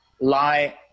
lie